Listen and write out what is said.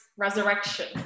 resurrection